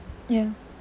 ya